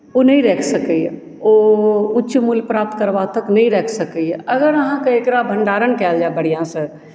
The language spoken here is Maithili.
ओ नहि राखि सकैए ओ उच्च मूल्य प्राप्त करबा तक नहि राखि सकैए अगर अहाँके एकरा भण्डारण कयल जाय बढ़िआँसँ